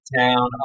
town